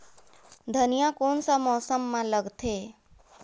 धनिया कोन सा मौसम मां लगथे?